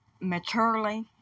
maturely